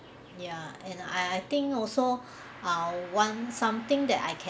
ya and I I think also ah one something that I ca~